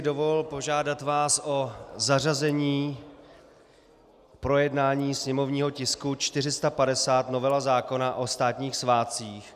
Dovolil bych si požádat vás o zařazení projednání sněmovního tisku 450, novela zákona o státních svátcích.